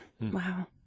Wow